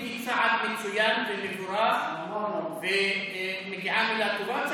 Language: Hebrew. זה צעד מצוין ומבורך ומגיעה מילה טובה,